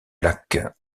lac